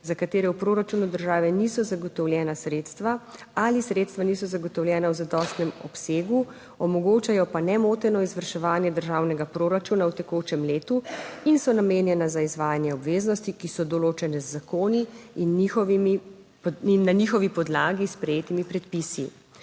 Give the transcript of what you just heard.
za katere v proračunu države niso zagotovljena sredstva ali sredstva niso zagotovljena v zadostnem obsegu, omogočajo pa nemoteno izvrševanje državnega proračuna v tekočem letu in so namenjena za izvajanje obveznosti, ki so določene z zakoni in na njihovi podlagi sprejetimi predpisi.